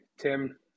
Tim